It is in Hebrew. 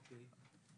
אוקיי.